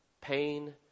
pain